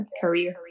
career